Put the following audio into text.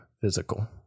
physical